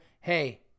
hey